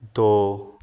ਦੋ